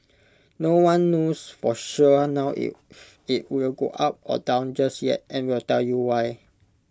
no one knows for sure now if IT will go up or down just yet and we'll tell you why